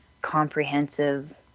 comprehensive